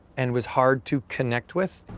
and was hard to connect with.